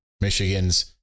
Michigan's